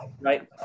right